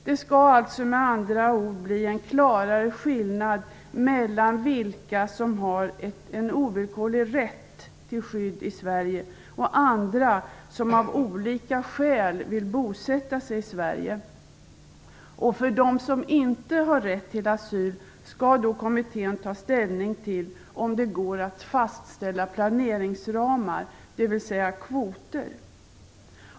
Det skall med andra ord bli en klarare skillnad mellan dem som har en ovillkorlig rätt till skydd i Sverige och andra, som av olika skäl vill bosätta sig i Sverige. För dem som inte har rätt till asyl skall kommittén ta ställning till om det går att fastställa planeringsramar, dvs. kvoter.